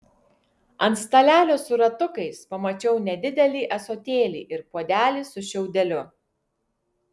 ant stalelio su ratukais pamačiau nedidelį ąsotėlį ir puodelį su šiaudeliu